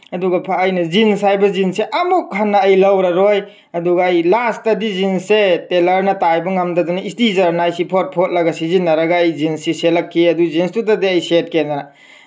ꯑꯗꯨꯒ ꯑꯩꯅ ꯖꯤꯟꯁ ꯍꯥꯏꯕ ꯖꯤꯟꯁꯁꯦ ꯑꯃꯨꯛ ꯍꯟꯅ ꯑꯩ ꯂꯧꯔꯔꯣꯏ ꯑꯗꯨꯒ ꯑꯩ ꯂꯥꯁꯇꯗꯤ ꯖꯤꯟꯁꯁꯦ ꯇꯦꯂꯔꯅ ꯇꯥꯏꯕ ꯉꯝꯗꯗꯕ ꯏꯁꯇꯤꯆꯔꯅ ꯑꯩꯁꯤ ꯐꯣꯠ ꯐꯣꯠꯂꯒ ꯁꯤꯖꯤꯟꯅꯔꯒ ꯑꯩ ꯖꯤꯟꯁꯁꯤ ꯁꯦꯠꯂꯛꯈꯤ ꯑꯗꯨ ꯖꯤꯟꯁꯇꯨꯗꯗꯤ ꯑꯩ ꯁꯦꯠꯀꯦꯗꯅ